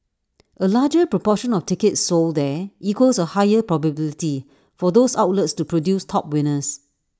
A larger proportion of tickets sold there equals A higher probability for those outlets to produce top winners